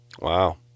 Wow